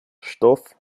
stoff